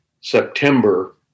September